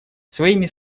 своими